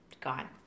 gone